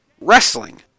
wrestling